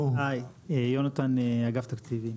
יונתן מאגף תקציבים.